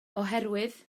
oherwydd